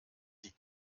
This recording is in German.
die